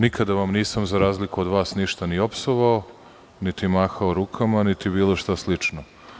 Nikada vam nisam, za razliku od vas, ništa ni opsovao, niti mahao rukama, niti bilo šta slično.